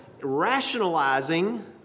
rationalizing